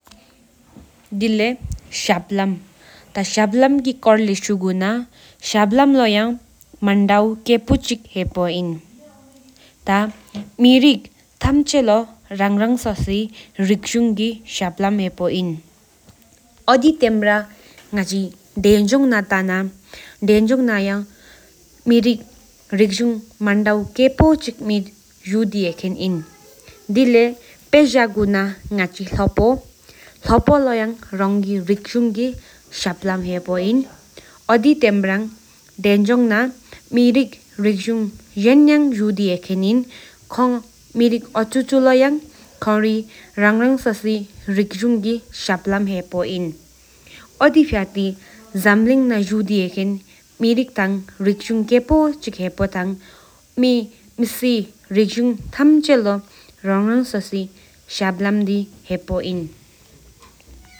ཐ་སྐྱབས་ལམ་ཐ་བཞིབ་ལམ་གི་སྐོར་ལས་ཤུན་ཐ་བཞིབ་ལམ་ལོ་ཡ་མ་ཏའོ་ཀེ་པོ་ཅི་ཧེ་པོ་ཨིན་ཐ་མི་རིག་ཐམ་ཆེད་ལོ་ཏང་རང་སྲོས་ལི་རིག་འབྱུང་གི་བཞབ་ལམ་ཧེ་པོ་ཨིན། ཨོ་དི་བསྟན་ལག་མྱ་ཅེ་དང་འཛོམ་ན་ཐང་ན་དང་འཛོམ་ཉག་མེ་རིག་རིག་འབྱུང་མ་དའོ་ཀེ་པོ་ཅི་ཇུ་དི་ཧེ་གེད་ཨིན། དེ་ལྟེ་དབྱིན་ཚིག་ལྷ་བོ། ལྷ་བོ་ལོ་ཡ་རང་གི་རིག་འབྱུང་གི་བསྡལ་ལམ་ཧེ་པོ་ཨིན་ཨོ་དེ་བསྟན་ལག་དང་མི་རིག་འབྱང་ཧེ་ན་ཇུ་དེ་དེ་གེད་ཨིན་མྱ་རིག་ཁོང་ཚུ་ལོ་ཡ་རང་གི་རིག་འབྱུང་གི་བསྡལ་ལམ་ཧེ་པོ་ཨིན་ཨོ་དི་དྲུགས་སྤྱི་འབྱིལ་ན་ཇུ་དེ་དེ་གེད་མྱ་རིག་ཐམ་ཆེ་ལོ་རང་རང་སྲོས་ལི་བཞབ་གནས་ཧེ་པོ་ཨིན།